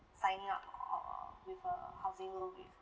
signing up err with a housing loan